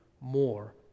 more